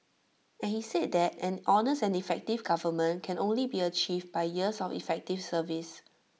and he said that an honest and effective government can only be achieved by years of effective service